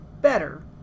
better